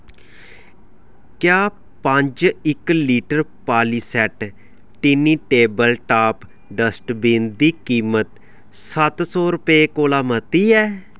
क्या पंज इक लीटर पालीसैट टिनी टेबल टाप डस्टबिन दी कीमत सत्त सौ रपे कोला मती ऐ